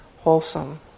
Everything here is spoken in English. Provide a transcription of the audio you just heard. wholesome